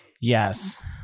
Yes